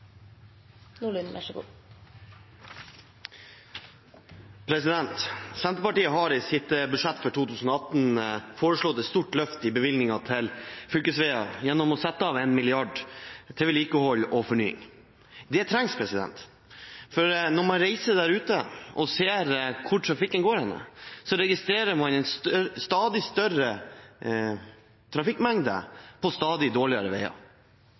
Senterpartiet har i sitt budsjett for 2018 foreslått et stort løft i bevilgningen til fylkesveier ved å sette av 1 mrd. kr til vedlikehold og fornying. Det trengs, for når man reiser der ute og ser hvor trafikken går, registrerer man en stadig større trafikkmengde på stadig dårligere veier.